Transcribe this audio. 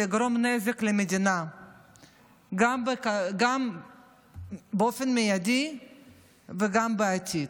לגרום נזק למדינה גם באופן מיידי וגם בעתיד.